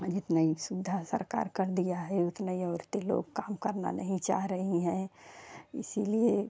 जितना ही सुविधा सरकार कर दिया है उतना ही औरतें लोग काम करना नहीं चाह रहीं हैं इसलिए